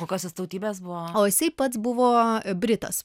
kokios jis tautybės buvo o jisai pats buvo britas